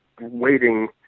waiting